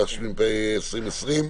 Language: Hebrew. התשפ"א-2020.